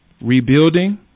rebuilding